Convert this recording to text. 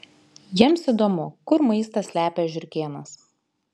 jiems įdomu kur maistą slepia žiurkėnas